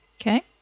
Okay